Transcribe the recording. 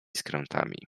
skrętami